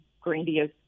grandiose